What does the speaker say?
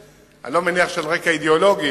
אני לא מניח שעל רקע אידיאולוגי.